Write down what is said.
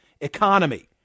economy